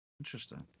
Interesting